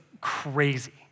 crazy